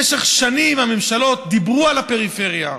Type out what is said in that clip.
במשך שנים הממשלות דיברו על הפריפריה,